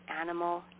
animal